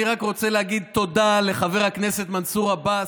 אני רק רוצה להגיד תודה לחבר הכנסת מנסור עבאס,